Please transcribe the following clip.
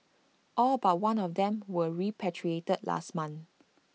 all but one of them were repatriated last month